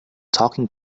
talking